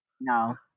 No